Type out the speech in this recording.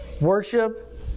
worship